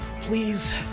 Please